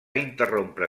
interrompre